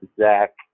Zach